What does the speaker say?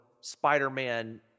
Spider-Man